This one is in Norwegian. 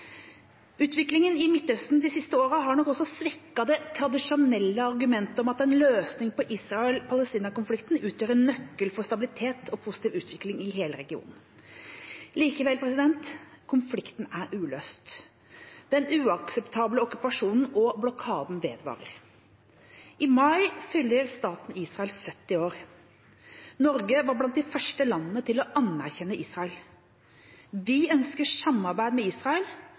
Utviklingen i Midtøsten de siste årene har nok også svekket det tradisjonelle argumentet om at en løsning på Israel–Palestina-konflikten utgjør en nøkkel til stabilitet og positiv utvikling i hele regionen. Likevel: Konflikten er uløst. Den uakseptable okkupasjonen og blokaden vedvarer. I mai fyller staten Israel 70 år. Norge var blant de første landene til å anerkjenne Israel. Vi ønsker samarbeid med Israel